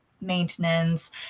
maintenance